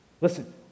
Listen